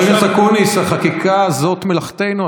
חבר הכנסת אקוניס, החקיקה היא מלאכתנו.